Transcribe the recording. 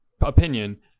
opinion